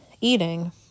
eating